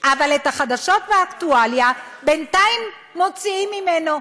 אבל את החדשות והאקטואליה בינתיים מוציאים ממנו.